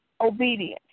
obedience